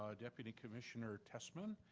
ah deputy commissioner tessman,